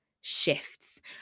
shifts